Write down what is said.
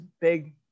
big